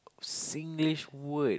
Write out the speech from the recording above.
Singlish word